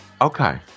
Okay